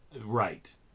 Right